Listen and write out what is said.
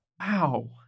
Wow